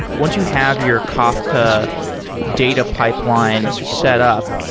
once you have your kafka data pipeline setup,